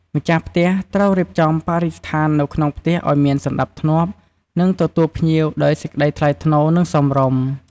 ម្ចាស់ផ្ទះត្រូវរៀបចំបរិស្ថាននៅក្នុងផ្ទះឱ្យមានសណ្តាប់ធ្នាប់ និងទទួលភ្ញៀវដោយសេចក្ដីថ្លៃថ្លូរ និងសមរម្យ។